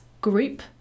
group